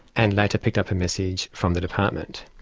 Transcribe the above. and later picked up a message from the department.